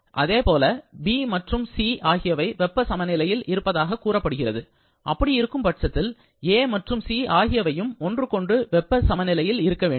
இதேபோல் B மற்றும் C ஆகியவை வெப்ப சமநிலையில் இருப்பதாகக் கூறப்படுகிறது அப்படி இருக்கும் பட்சத்தில் A மற்றும் C ஆகியவையும் ஒன்றுக்கொன்று வெப்ப சமநிலையில் இருக்க வேண்டும்